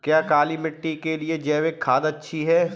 क्या काली मिट्टी के लिए जैविक खाद अच्छी है?